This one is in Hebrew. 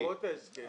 למרות ההסכם,